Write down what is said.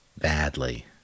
Badly